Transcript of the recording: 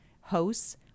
hosts